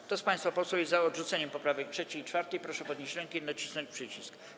Kto z państwa posłów jest za odrzuceniem poprawek 3. i 4., proszę podnieść rękę i nacisnąć przycisk.